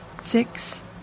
Six